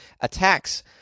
attacks